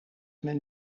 men